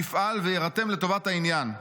יפעל ויירתם לטובת העניין.